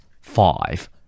five